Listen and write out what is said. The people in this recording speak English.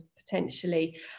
potentially